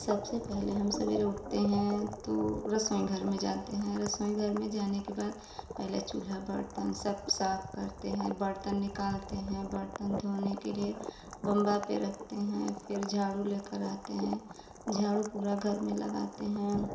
सबसे पहले हम सवेरे उठते हैं तो रसोईघर में जाते हैं रसोईघर जाने के बाद पहले चूल्हा बर्तन सब साफ़ करते हैं बर्तन निकालते हैं बर्तन धोने के लिए बम्बा पर रखते हैं फिर झाड़ू लेकर रहते हैं झाड़ू पूरा घर में लगाते हैं